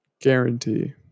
Guarantee